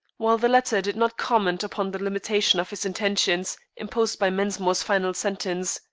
while the latter did not comment upon the limitation of his intentions imposed by mensmore's final sentence.